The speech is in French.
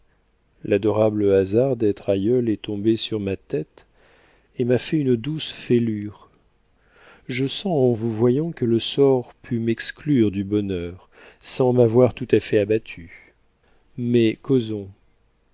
l'adorable hasard d'être aïeul est tombé sur ma tête et m'a fait une douce fêlure je sens en vous voyant que le sort put m'exclure du bonheur sans m'avoir tout à fait abattu mais causons